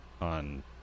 on